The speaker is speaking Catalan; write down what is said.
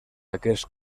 aquests